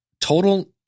total